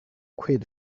quid